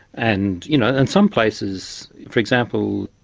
and you know and some places, for example,